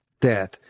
death